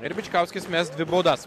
ir bičkauskis mes dvi baudas